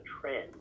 trend